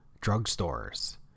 drugstores